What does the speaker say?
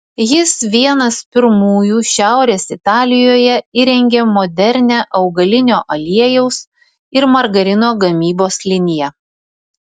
jis vienas pirmųjų šiaurės italijoje įrengė modernią augalinio aliejaus ir margarino gamybos liniją